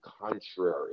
contrary